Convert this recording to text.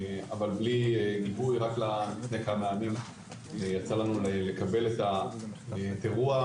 אבל בלי עיבוי יצא לנו לקבל את אירוע